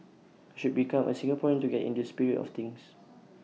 I should become A Singaporean to get in the spirit of things